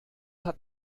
hat